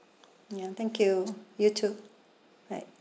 ya thank you you too alright